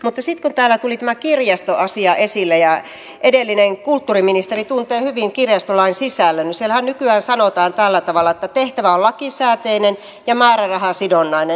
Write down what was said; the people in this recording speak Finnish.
mutta sitten kun täällä tuli tämä kirjastoasia esille ja edellinen kulttuuriministeri tuntee hyvin kirjastolain sisällön niin siellähän nykyään sanotaan tällä tavalla että tehtävä on lakisääteinen ja määrärahasidonnainen